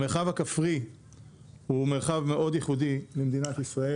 המרחב הכפרי הוא מרחב מאוד ייחודי במדינת ישראל.